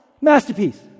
masterpiece